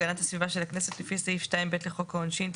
הסביבה של הכנסת לפי סעיף 2(ב) לחוק העונשין,